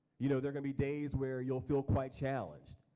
you know they're gonna be days where you'll feel quite challenged.